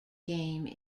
game